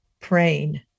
praying